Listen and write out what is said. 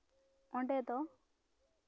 ᱚᱸᱰᱮ ᱫᱚ